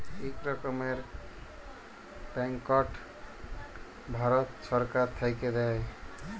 ইক রকমের ব্যাংকট ভারত ছরকার থ্যাইকে দেয়